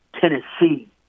Tennessee